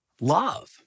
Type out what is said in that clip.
love